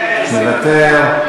מוותר.